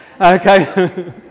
Okay